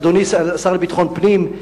אדוני השר לביטחון פנים,